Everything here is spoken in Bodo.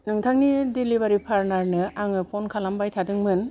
नोंथांनि डिलिबारि पार्टनारनो आङो फन खालामबाय थादोंमोन